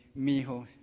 mijo